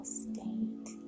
state